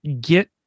get